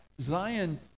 Zion